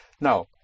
Now